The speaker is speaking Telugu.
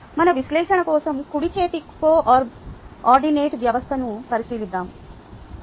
మన విశ్లేషణ కోసం కుడిచేతి కోఆర్డినేట్ వ్యవస్థను పరిశీలిద్దాం